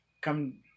Come